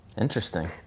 Interesting